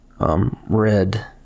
Red